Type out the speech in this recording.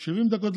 70 דקות.